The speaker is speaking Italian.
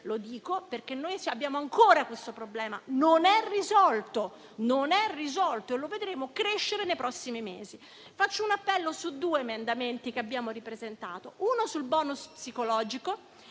Lo dico perché abbiamo ancora questo problema, che non è risolto e che vedremo crescere nei prossimi mesi. Faccio un appello su due emendamenti che abbiamo ripresentato: uno sul *bonus* psicologico